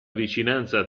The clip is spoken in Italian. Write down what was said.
vicinanza